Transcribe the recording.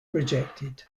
rejected